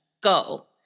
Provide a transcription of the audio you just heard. go